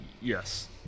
Yes